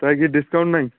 ତା'ର କିଛି ଡିସକାଉଣ୍ଟ୍ ନାଇଁ